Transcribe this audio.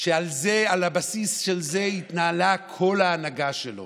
שעל הבסיס שלו התנהלה כל ההנהגה שלו: